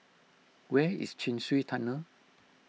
where is Chin Swee Tunnel